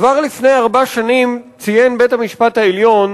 כבר לפני ארבע שנים ציין בית-המשפט העליון